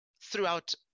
throughout